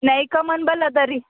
ನೈ ಕಮಾನು ಬಳಿ ಅದರಿ